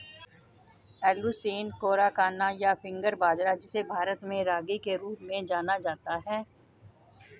Eleusine कोराकाना, या finger बाजरा, जिसे भारत में रागी के रूप में जाना जाता है